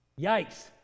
Yikes